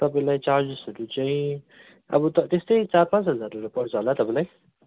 तपाईँलाई चार्जेसहरू चाहिँ अब त्यस्तै चार पाँच हजारहरू पर्छ होला तपाईँलाई